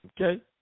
Okay